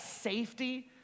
safety